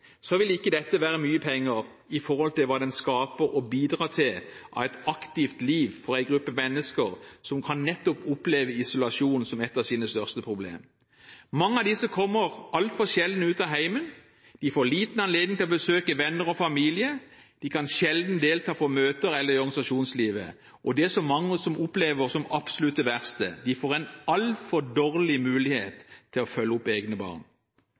så vel som de ordninger man nå forhåpentligvis setter ut i livet av nasjonal karakter. Når det gjelder kostnadene rundt en slik ordning, vil ikke dette være mye penger i forhold til hva det skaper og bidrar til av et aktivt liv for en gruppe mennesker som nettopp kan oppleve isolasjon som ett av sine største problem. Mange av disse kommer altfor sjelden ut av hjemmet. De får liten anledning til å besøke venner og familie. De kan sjelden delta på møter eller i organisasjonslivet, og – det som mange opplever som det absolutt verste